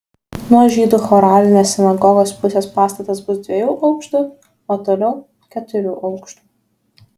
nuo žydų choralinės sinagogos pusės pastatas bus dviejų aukštų o toliau keturių aukštų